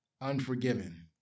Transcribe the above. Unforgiven